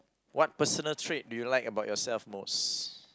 what personal trait do you like about yourself most